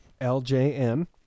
LJM